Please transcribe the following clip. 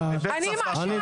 לא, אני לא מאשימה.